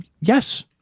Yes